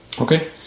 Okay